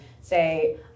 say